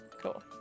cool